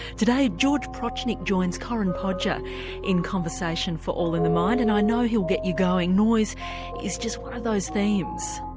today george prochnick joins corinne podger in conversation for all in the mind and i know he'll get you going. noise is just one of those themes.